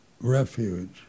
refuge